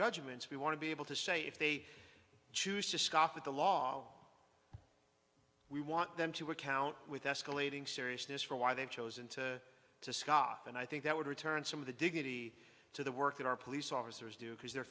judgments we want to be able to say if they choose to scoff at the law we want them to account with escalating seriousness for why they've chosen to to scaf and i think that would return some of the dignity to the work that our police officers do because the